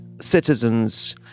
citizens